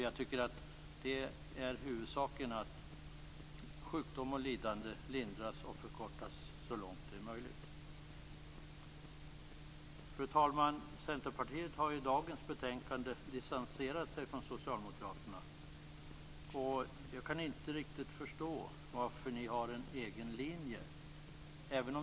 Jag tycker att det är huvudsaken att sjukdom och lidande lindras och förkortas så långt det är möjligt. Fru talman! Centerpartiet har i dagens betänkande distanserat sig från Socialdemokraterna. Jag kan inte riktigt förstå varför ni har en egen linje.